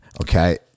Okay